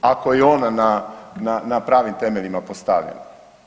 Ako je ona na pravim temeljima postavljena.